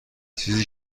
چیزی